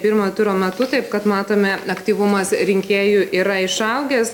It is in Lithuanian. pirmojo turo metu taip kad matome aktyvumas rinkėjų yra išaugęs